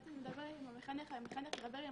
כשהיועצת מדברת עם המחנך, המחנך ידבר עם